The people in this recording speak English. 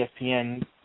ESPN